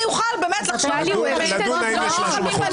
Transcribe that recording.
אוכל באמת לחשוב --- נדון האם יש משהו בחוק.